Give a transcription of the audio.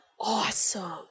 awesome